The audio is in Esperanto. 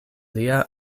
lia